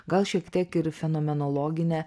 gal šiek tiek ir fenomenologinė